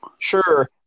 sure